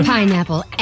Pineapple